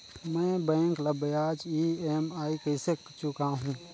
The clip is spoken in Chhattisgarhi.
मैं बैंक ला ब्याज ई.एम.आई कइसे चुकाहू?